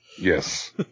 Yes